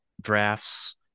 drafts